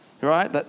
right